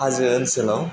हाजो ओनसोलाव